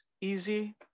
easy